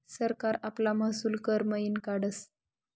सरकार आपला महसूल कर मयीन काढस